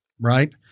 right